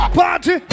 party